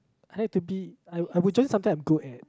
I have to be I I would join something I'm good at